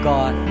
God